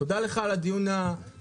תודה לך על הדיון החשוב,